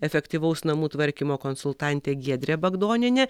efektyvaus namų tvarkymo konsultantė giedrė bagdonienė